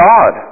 God